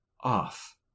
off